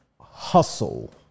hustle